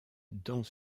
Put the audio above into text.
dans